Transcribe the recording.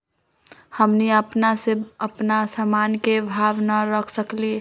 हमनी अपना से अपना सामन के भाव न रख सकींले?